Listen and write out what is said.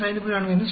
95 5